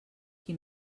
qui